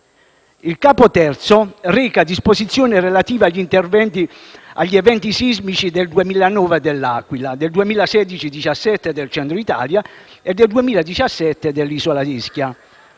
Il capo III reca disposizioni relative agli eventi sismici del 2009 dell'Aquila, del 2016 e 2017 del Centro Italia e del 2017 dell'isola d'Ischia.